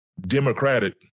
democratic